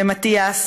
למתיאס,